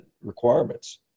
requirements